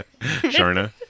Sharna